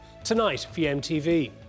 TonightVMTV